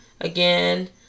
again